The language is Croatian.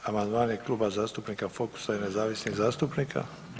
2. amandman je Klub zastupnika Fokusa i nezavisnih zastupnika.